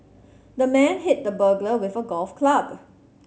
the man hit the burglar with a golf club